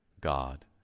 God